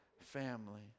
family